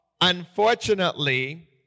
unfortunately